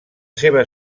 seva